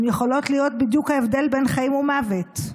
יכולות להיות בדיוק ההבדל בין חיים למוות.